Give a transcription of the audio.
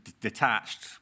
detached